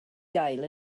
gael